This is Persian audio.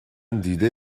دیده